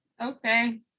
okay